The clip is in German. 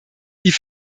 die